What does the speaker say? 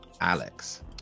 Alex